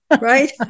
right